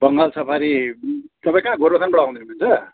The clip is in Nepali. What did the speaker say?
बङ्गाल सफारी तपाईँ कहाँ गोरुबथानबाट आउनु हुँदैछ